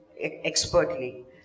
expertly